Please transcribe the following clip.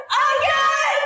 again